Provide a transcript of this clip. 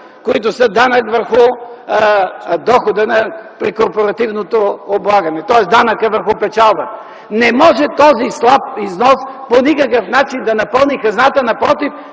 които са данък върху дохода при корпоративното облагане, тоест данъка върху печалбата. Не може този слаб износ по никакъв начин да напълни хазната. Напротив,